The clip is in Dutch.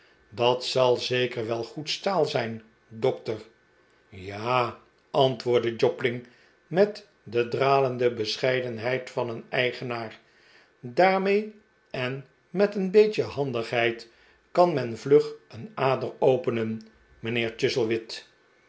dat zal zeker wel goed staal zijn dokter ja a antwoordde jobling met de dralende bescheidenheid van een eigenaar daarmee en met een beetje handigheid kan men vlug een ader openen mijnheer